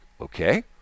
okay